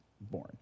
born